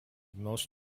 most